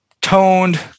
toned